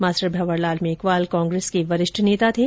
master Bhanwarlal Meghwal Congress के वरिष्ठ नेता थे